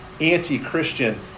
anti-Christian